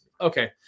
okay